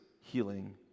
healing